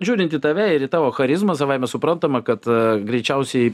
žiūrint į tave ir į tavo charizmą savaime suprantama kad greičiausiai